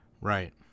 Right